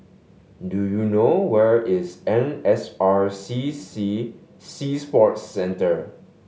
do you know where is N S R C C Sea Sports Centre